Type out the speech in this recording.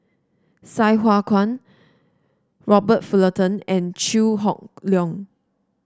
Sai Hua Kuan Robert Fullerton and Chew Hock Leong